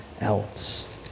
else